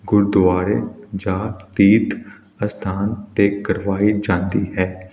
ਗੁਰਦੁਆਰੇ ਜਾਂ ਤੀਰਥ ਅਸਥਾਨ 'ਤੇ ਕਰਵਾਈ ਜਾਂਦੀ ਹੈ